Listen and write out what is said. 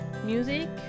Music